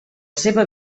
seva